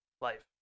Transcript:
life